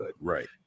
Right